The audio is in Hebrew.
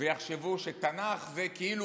ויחשבו שתנ"ך כאילו